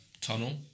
tunnel